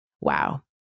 Wow